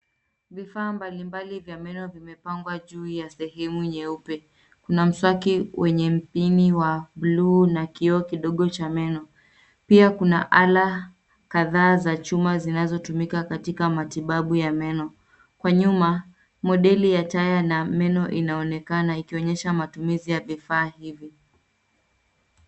Vifaa mbalimbali vya meno vimepangwa juu ya sehemu nyeupe. Kuna mswaki wenye mpini wa buluu na kioo kidogo cha meno, pia kuna ala kadhaa za chuma zinazotumika katika matibabu ya meno. Kwa nyuma, modeli ya taya na meno inaonekana, ikionyesha matumizi ya vifaa hivi.